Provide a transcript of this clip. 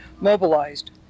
mobilized